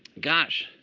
gosh.